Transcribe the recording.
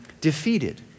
defeated